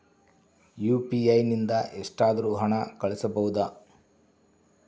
UPI ನಿಂದ ಎಷ್ಟಾದರೂ ಹಣ ಕಳಿಸಬಹುದಾ?